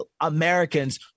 Americans